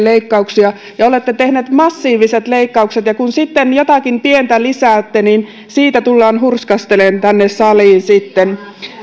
leikkauksia ja olette tehneet massiiviset leikkaukset ja kun sitten jotakin pientä lisäätte niin siitä tullaan hurskastelemaan tänne saliin sitten